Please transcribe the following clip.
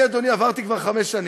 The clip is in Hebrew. אני, אדוני, עברתי כבר חמש שנים.